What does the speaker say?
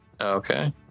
Okay